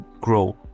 grow